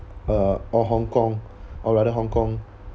uh or hong kong or rather hong kong